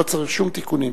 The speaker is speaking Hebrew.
לא צריך שום תיקונים,